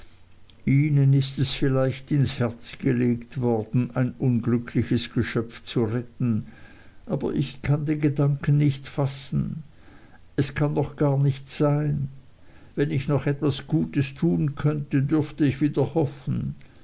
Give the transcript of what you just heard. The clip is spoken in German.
ihnen ist es vielleicht ins herz gelegt worden ein unglückliches geschöpf zu retten aber ich kann den gedanken nicht fassen es kann doch gar nicht sein wenn ich noch etwas gutes tun könnte dürfte ich wieder hoffen